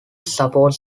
supports